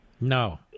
No